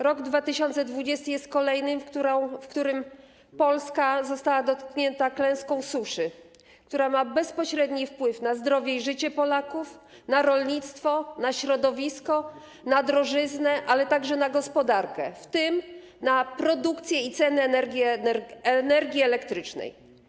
Rok 2020 jest kolejnym, w którym Polska została dotknięta klęską suszy, która ma bezpośredni wpływ na zdrowie i życie Polaków, na rolnictwo, na środowisko, na drożyznę, ale także na gospodarkę, w tym na produkcję i cenę energii elektrycznej.